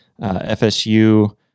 FSU